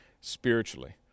spiritually